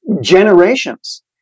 generations